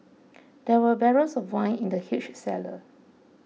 there were barrels of wine in the huge cellar